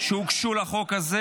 שהוגשו לחוק הזה.